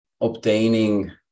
obtaining